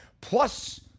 plus